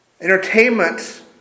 Entertainment